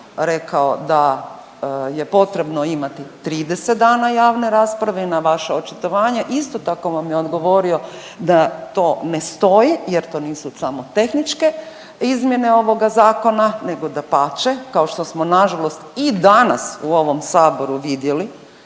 rekao da je potrebno imati 30 dana javne rasprave i na vaše očitovanje isto tako vam je odgovorio da to ne stoji jer to nisu samo tehničke izmjene ovoga Zakona, nego dapače, kao što smo nažalost i danas u ovom Saboru vidjeli